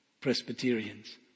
Presbyterians